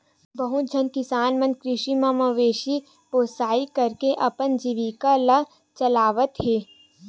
बहुत झन किसान मन कृषि म मवेशी पोसई करके अपन जीविका ल चलावत हे